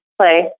play